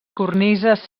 cornises